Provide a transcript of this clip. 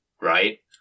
right